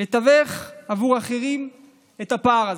לתווך עבור אחרים את הפער הזה,